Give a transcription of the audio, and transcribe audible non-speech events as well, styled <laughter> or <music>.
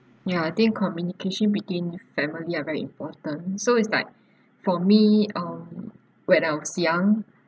ya I think communication between family are very important so it's like <breath> for me um when I was young